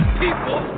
people